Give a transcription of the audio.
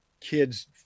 kids